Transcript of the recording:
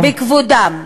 בכבודם.